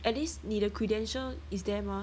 at least 你的 credential is there mah